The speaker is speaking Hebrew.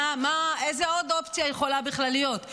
מה, איזו עוד אופציה יכולה בכלל להיות?